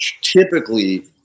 typically